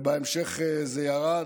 ובהמשך זה ירד.